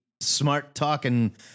smart-talking